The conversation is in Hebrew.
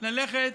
ללכת